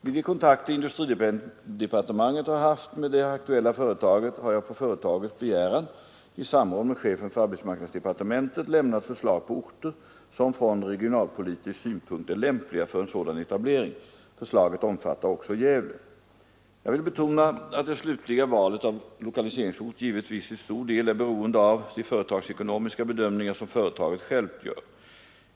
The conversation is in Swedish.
Vid de kontakter industridepartementet har haft med det aktuella företaget har jag på företagets begäran, i samråd med chefen för arbetsmarknadsdepartementet, lämnat förslag på orter som från regionalpolitisk synpunkt är lämpliga för en sådan etablering. Förslaget omfattar också Gävle. Jag vill betona att det slutliga valet av lokaliseringsort givetvis till stor del är beroende av de företagsekonomiska bedömningar som företaget självt gör.